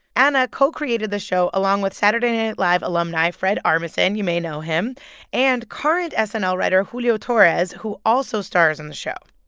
ana co-created the show along with saturday night live alumni fred armisen you may know him and current snl writer julio torres, who also stars in the show.